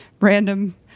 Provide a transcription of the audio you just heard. random